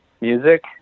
music